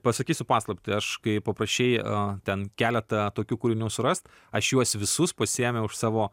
pasakysiu paslaptį aš kai paprašei a ten keletą tokių kūrinių surast aš juos visus pasiėmiau iš savo